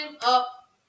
up